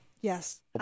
yes